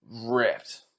ripped